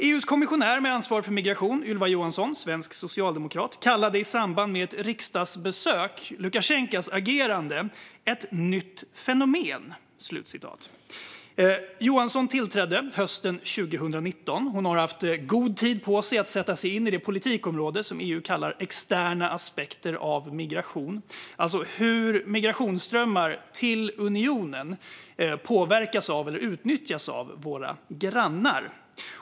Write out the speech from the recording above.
EU:s kommissionär med ansvar för migration, Ylva Johansson, svensk socialdemokrat, kallade i samband med ett riksdagsbesök Lukasjenkos agerande "ett nytt fenomen". Johansson tillträdde hösten 2019. Hon har haft god tid på sig att sätta sig in i det politikområde som EU kallar externa aspekter av migration, det vill säga hur migrationsströmmar till unionen påverkas eller utnyttjas av våra grannar.